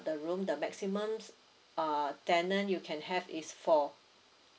the room the maximums uh tenant you can have is four